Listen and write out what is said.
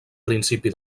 principi